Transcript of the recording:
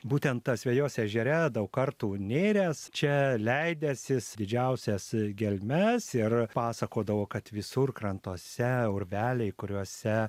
būtent asvejos ežere daug kartų nėręs čia leidęsis didžiausias gelmes ir pasakodavo kad visur krantuose urveliai kuriuose